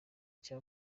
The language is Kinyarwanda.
cya